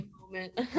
moment